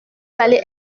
allez